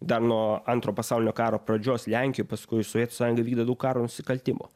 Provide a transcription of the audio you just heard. dar nuo antro pasaulinio karo pradžios lenkijoj paskui sovietų sąjungoj vykdytų karo nusikaltimų